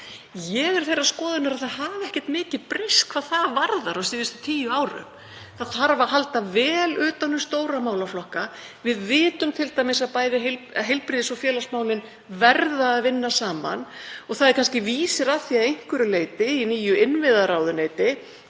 Ég er þeirrar skoðunar að ekki hafi mikið breyst hvað það varðar á síðustu tíu árum. Það þarf að halda vel utan um stóra málaflokka. Við vitum t.d. að bæði heilbrigðis- og félagsmálin verða að vinna saman og það er kannski vísir að því að einhverju leyti í nýju innviðaráðuneyti